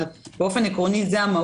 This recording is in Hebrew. אבל זו המהות.